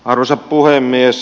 arvoisa puhemies